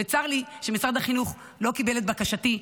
וצר לי שמשרד החינוך לא קיבל את בקשתי,